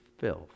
filth